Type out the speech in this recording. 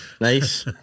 nice